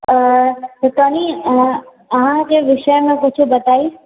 तऽ कनी अहाँके विषय मे कुछो बताउ